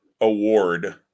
award